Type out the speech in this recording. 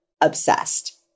obsessed